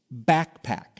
backpack